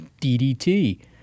DDT